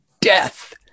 death